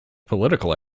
political